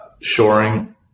shoring